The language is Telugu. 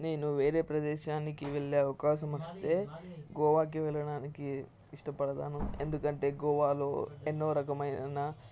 నేను వేరే ప్రదేశానికి వెళ్ళే అవకాశం వస్తే గోవాకి వెళ్ళడానికి ఇష్టపడతాను ఎందుకంటే గోవాలో ఎన్నో రకమైన